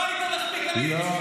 לא היית מספיק אמיץ בשביל לשמור על,